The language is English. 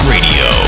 Radio